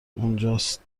اونجاست